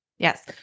Yes